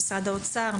משרד האוצר,